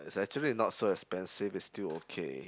is actually not so expensive is still okay